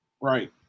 Right